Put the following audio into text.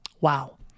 Wow